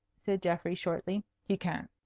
said geoffrey shortly he can't.